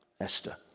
Esther